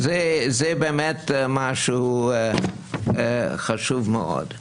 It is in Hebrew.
זה באמת משהו חשוב מאוד.